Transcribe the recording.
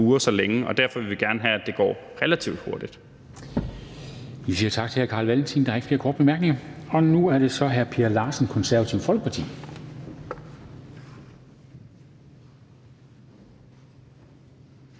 bure så længe, og derfor vil vi gerne have, at det går relativt hurtigt. Kl. 13:14 Formanden (Henrik Dam Kristensen): Vi siger tak til hr. Carl Valentin. Der er ikke flere korte bemærkninger. Og nu er det så hr. Per Larsen, Det Konservative Folkeparti.